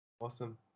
Awesome